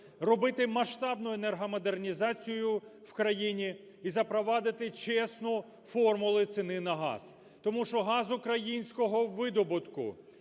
робити масштабну енергомодернізацію в країні, і запровадити чесну формулу ціни газ. Тому що газ українського видобутку